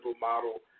model